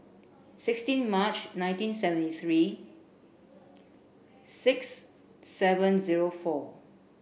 sixteen March nineteen seventy three six seven zero four